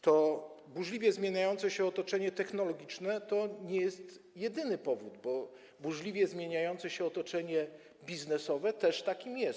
To burzliwie zmieniające się otoczenie technologiczne to nie jest jedyny problem, bo burzliwie zmieniające się otoczenie biznesowe też takim jest.